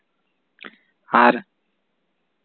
ᱟᱨ